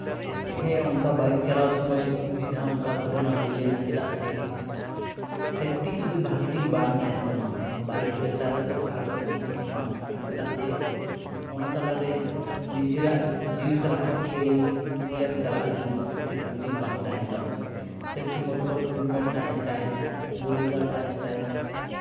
ᱦᱮᱸ ᱚᱱᱠᱟ ᱵᱟᱭᱤᱠ ᱪᱟᱞᱟᱣ ᱥᱚᱢᱚᱭ ᱢᱤᱫ ᱫᱷᱟᱣ ᱚᱱᱠᱟ ᱜᱷᱚᱴᱚᱱᱟ ᱦᱩᱭ ᱞᱮᱱᱟ ᱪᱮᱫᱟᱜ ᱥᱮ ᱥᱮᱯᱴᱤ ᱡᱩᱫᱤ ᱵᱷᱟᱹᱜᱤ ᱴᱷᱤᱠ ᱵᱟᱝ ᱛᱟᱦᱮᱱ ᱛᱟᱢᱟ ᱵᱟᱭᱤᱠ ᱨᱮᱥᱟᱣ ᱨᱮᱫᱚ ᱟᱬᱜᱚᱜ ᱫᱚ ᱩᱪᱤᱛ ᱵᱟᱝ ᱠᱟᱱᱟ ᱪᱮᱫᱟᱜ ᱥᱮ ᱚᱱᱟ ᱛᱟᱞᱟᱨᱮ ᱱᱤᱡᱮᱨᱟᱜ ᱡᱤᱣᱤ ᱥᱟᱞᱟᱜ ᱦᱚᱸ ᱠᱷᱮᱞ ᱞᱮᱢ ᱪᱟᱞᱟᱜᱼᱟ ᱡᱩᱫᱤ ᱥᱮᱯᱴᱤ ᱵᱷᱟᱹᱜᱤ ᱴᱷᱤᱠ ᱵᱟᱝ ᱛᱟᱦᱮᱱ ᱛᱟᱢᱟ ᱥᱮᱯᱴᱤ ᱢᱚᱛᱞᱚᱵ ᱦᱮᱞᱢᱮᱴ ᱛᱟᱦᱮᱸ ᱪᱟᱭ ᱵᱚᱰᱤ ᱜᱟᱨᱰ ᱛᱟᱦᱮᱸ ᱪᱟᱭ